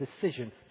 decision